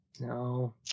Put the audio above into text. No